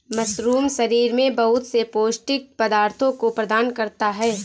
mushroom शरीर में बहुत से पौष्टिक पदार्थों को प्रदान करता है